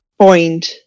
point